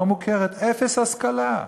לא מוכרת, אפס השכלה.